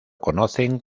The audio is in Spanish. conocen